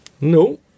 No